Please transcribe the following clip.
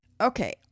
Okay